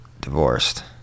divorced